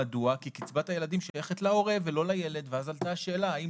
כי קצבת הילדים שייכת להורים ולא לילד אז עלתה השאלה האם